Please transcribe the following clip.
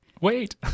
wait